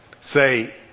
say